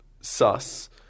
sus